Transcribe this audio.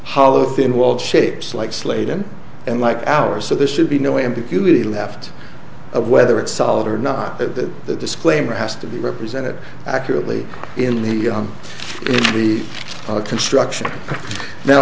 hollow thin walled shapes like sladen and like ours so there should be no ambiguity left of whether it's solid or not that the disclaimer has to be represented accurately in the in the construction now